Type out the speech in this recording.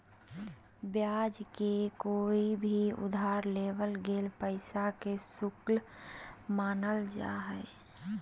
ब्याज के कोय भी उधार लेवल गेल पैसा के शुल्क मानल जा हय